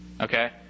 okay